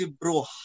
Bro